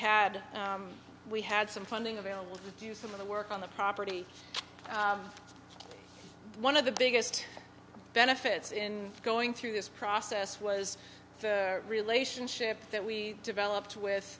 had we had some funding available to do some of the work on the property one of the biggest benefits in going through this process was the relationship that we developed with